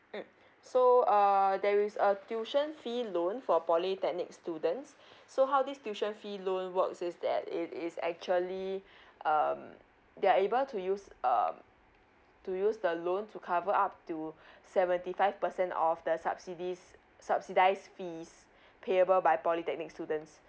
mm so uh there is a tuition fee loan for polytechnic students so how this tuition fee loan works is that it is actually um they are able to use um to use the loan to cover up to seventy five percent of the subsidize subsidize fees payable by polytechnic students